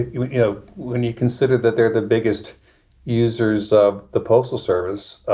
you know, when you consider that they're the biggest users of the postal service.